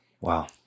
Wow